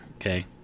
okay